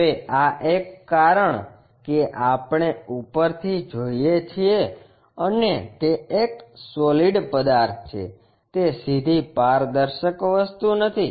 હવે આ એક કારણ કે આપણે ઉપરથી જોઈએ છીએ અને તે એક સોલીડ પદાર્થ છે તે સીધી પારદર્શક વસ્તુ નથી